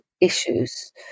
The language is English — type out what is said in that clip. issues